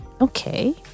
Okay